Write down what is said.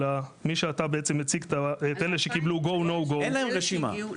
מ שאתה בעצם מציג את אלה שקיבלו "go/no go" --- אין להם רשימה.